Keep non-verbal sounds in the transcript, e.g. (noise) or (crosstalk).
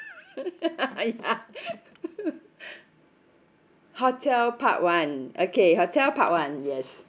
(laughs) ya hotel part one okay hotel part one yes